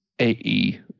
AE